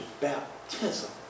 baptism